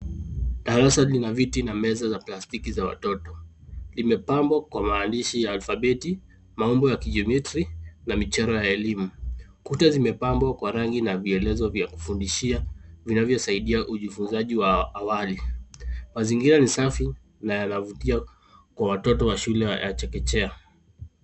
Darasa lina viti na meza za plastiki za watoto. Limepambwa kwa maandishi ya alfabeti, maumbo ya kijiometri na michoro ya elimu. Kuta zimepambwa kwa rangi na vielezo vya kufundishia vinavyosaidia ujifunzaji wa awali. Mazingira ni safi na yanavutia kwa watoto wa shule ya chekechea.